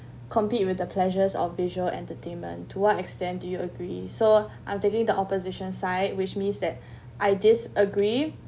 compete with the pleasures of visual entertainment to what extent do you agree so I'm taking the opposition site which means that I disagree